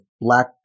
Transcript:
black